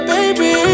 Baby